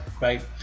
right